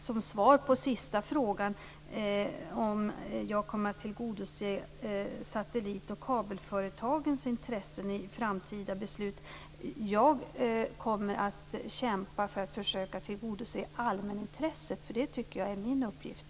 Som svar på sista frågan om jag kommer att tillgodose satellit och kabelföretagens intressen i framtida beslut vill jag säga att jag kommer att kämpa för att försöka tillgodose allmänintresset. Det tycker jag är min uppgift.